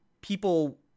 people